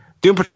Doom